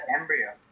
embryo